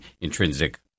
intrinsic